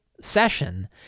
session